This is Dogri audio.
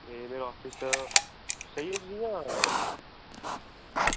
एह् मेरे ऑफिस सेही ऐ तुसेंगी जां